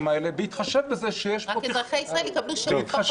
האלה בהתחשב בזה שיש פה -- רק שאזרחי ישראל יקבלו שירות פחות טוב.